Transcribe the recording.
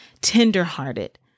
tenderhearted